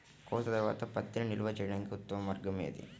కోత తర్వాత పత్తిని నిల్వ చేయడానికి ఉత్తమ మార్గం ఏది?